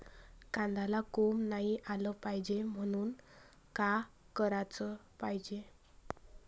कांद्याला कोंब नाई आलं पायजे म्हनून का कराच पायजे?